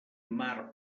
mar